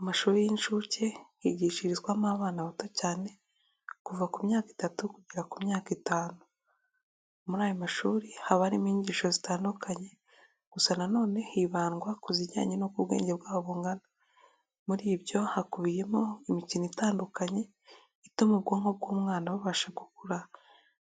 Amashuri y'incuke yigishirizwamo abana bato cyane kuva ku myaka itatu, kugera ku myaka itanu. Muri ayo mashuri haba harimo inyigisho zitandukanye, gusa nanone hibandwa ku zijyanye n'uko ubwenge bwabo bungana. Muri ibyo hakubiyemo imikino itandukanye, ituma ubwonko bw'umwana bubasha gukura